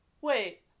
Wait